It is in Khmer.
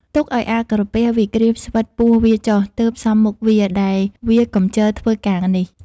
ទុកឲ្យអាក្រពះ វាក្រៀមស្វិតពោះវាចុះទើបសមមុខវា ដែលវាកំជិលធ្វើ ការនេះ ។